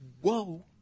whoa